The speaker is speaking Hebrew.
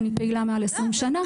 אני פעילה מעל 20 שנים,